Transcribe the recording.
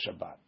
Shabbat